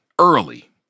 early